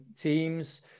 teams